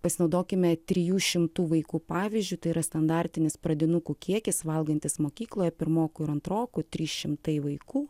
pasinaudokime trijų šimtų vaikų pavyzdžiu tai yra standartinis pradinukų kiekis valgantis mokykloje pirmokų ir antrokų trys šimtai vaikų